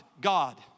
God